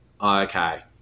okay